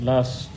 Last